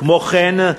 כמו כן,